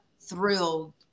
thrilled